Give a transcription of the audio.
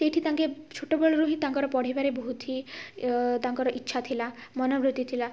ସେଇଠି ତାଙ୍କେ ଛୋଟ ବେଳରୁ ହିଁ ତାଙ୍କର ପଢ଼ିବାରେ ବହୁତ ହି ତାଙ୍କର ଇଚ୍ଛା ଥିଲା ମନବୃତ୍ତି ଥିଲା